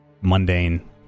mundane